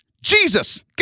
Jesus